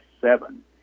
seven